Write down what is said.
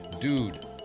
Dude